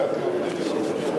דרך-ארץ.